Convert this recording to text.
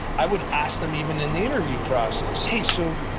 i would ask them, even, in the interview process, hey, so,